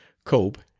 cope,